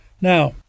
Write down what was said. Now